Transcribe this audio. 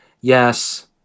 Yes